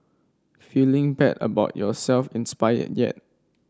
feeling bad about yourself inspired yet